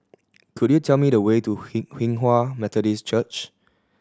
could you tell me the way to Hinghwa Methodist Church